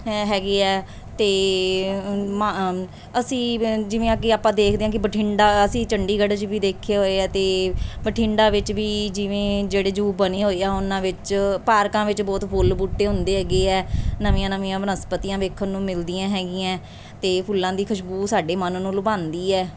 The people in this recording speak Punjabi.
ਹੈਗੇ ਹੈ ਅਤੇ ਮਾ ਅਸੀਂ ਜਿਵੇਂ ਆ ਕਿ ਆਪਾਂ ਦੇਖਦੇ ਹਾਂ ਕਿ ਬਠਿੰਡਾ ਅਸੀਂ ਚੰਡੀਗੜ੍ਹ 'ਚ ਵੀ ਦੇਖੇ ਹੋਏ ਆ ਅਤੇ ਬਠਿੰਡਾ ਵਿੱਚ ਵੀ ਜਿਵੇਂ ਜਿਹੜੇ ਜੂ ਬਣੇ ਹੋਏ ਆ ਉਹਨਾਂ ਵਿੱਚ ਪਾਰਕਾਂ ਵਿੱਚ ਬਹੁਤ ਫੁੱਲ ਬੂਟੇ ਹੁੰਦੇ ਹੈਗੇ ਆ ਨਵੀਆਂ ਨਵੀਆਂ ਬਨਸਪਤੀਆਂ ਵੇਖਣ ਨੂੰ ਮਿਲਦੀਆਂ ਹੈਗੀਆਂ ਅਤੇ ਫੁੱਲਾਂ ਦੀ ਖੁਸ਼ਬੂ ਸਾਡੇ ਮਨ ਨੂੰ ਲੁਭਾਉਂਦੀ ਹੈ